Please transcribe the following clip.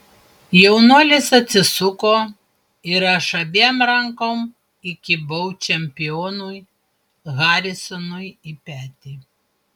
jaunuolis atsisuko ir aš abiem rankom įkibau čempionui harisonui į petį